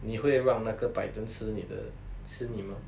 你会让那个 python 吃你的吃你吗